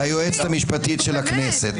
נו באמת.